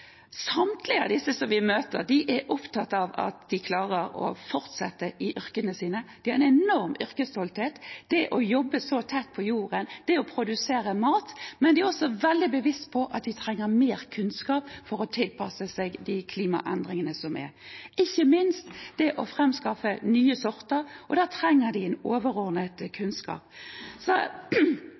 Samtlige av dem vi møter er opptatt av at de klarer å fortsette i yrkene sine. Det har en enorm yrkesstolthet – det å jobbe så tett på jorden og det å produsere mat. Men de er også veldig bevisst på at de trenger mer kunnskap for å tilpasse seg de klimaendringene som er, ikke minst det å framskaffe nye sorter. Da trenger de overordnet kunnskap.